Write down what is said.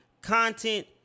content